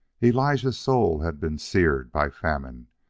elijah's soul had been seared by famine,